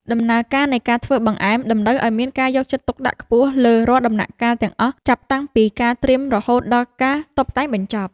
ដំណើរការនៃការធ្វើបង្អែមតម្រូវឱ្យមានការយកចិត្តទុកដាក់ខ្ពស់លើរាល់ដំណាក់កាលទាំងអស់ចាប់តាំងពីការត្រៀមរហូតដល់ការតុបតែងបញ្ចប់។